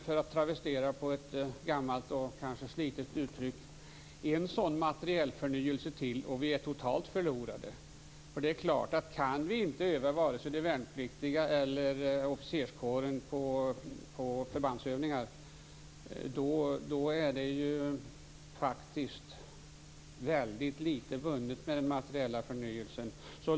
För att travestera ett gammalt och kanske slitet uttryck kan man säga: en sådan materielförnyelse till och vi är totalt förlorade. Kan vi inte öva vare sig de värnpliktiga eller officerskåren på förbandsövningar är faktiskt väldigt litet vunnet med den materiella förnyelsen.